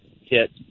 hit –